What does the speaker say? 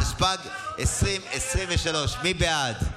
התשפ"ג 2023, מי בעד?